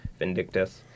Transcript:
Vindictus